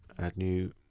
add new.